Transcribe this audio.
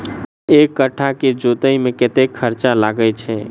एक कट्ठा केँ जोतय मे कतेक खर्चा लागै छै?